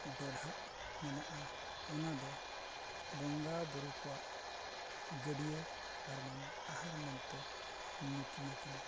ᱰᱚᱰᱷᱟᱜ ᱢᱮᱱᱟᱜᱼᱟ ᱚᱱᱟ ᱫᱚ ᱵᱚᱸᱜᱟ ᱵᱩᱨᱩ ᱠᱚᱣᱟᱜ ᱜᱟᱹᱰᱭᱟᱹ ᱟᱨᱵᱟᱝ ᱟᱦᱟᱨ ᱢᱮᱱᱛᱮ ᱧᱩᱛᱩᱢ ᱟᱠᱟᱱᱟ